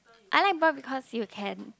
I like brought because you can